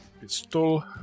pistol